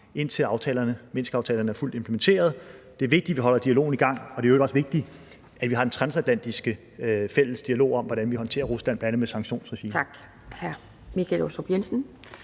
indtil Minskaftalen er fuldt implementeret. Det er vigtigt, at vi holder dialogen i gang, og det er i øvrigt også vigtigt, at vi har den transatlantiske fælles dialog om, hvordan vi håndterer Rusland, bl.a. med et sanktionsregime.